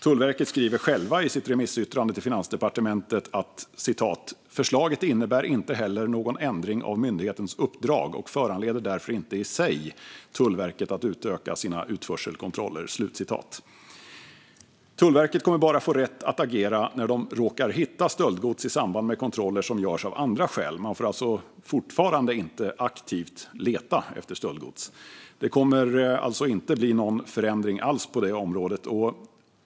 Tullverket skriver själva i sitt remissyttrande till Finansdepartementet: "Förslaget innebär inte heller någon ändring av myndighetens uppdrag och föranleder därför inte i sig Tullverket att utöka sina utförselkontroller." Tullverket kommer bara att få rätt att agera när de råkar hitta stöldgods i samband med kontroller som görs av andra skäl. Man får alltså fortfarande inte aktivt leta efter stöldgods. Det kommer alltså inte att bli någon förändring alls på det området.